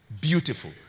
beautiful